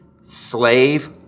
slave